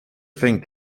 thing